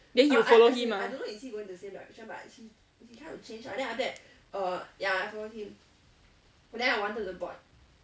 then you follow him ah